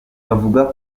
bavuga